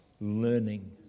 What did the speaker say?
learning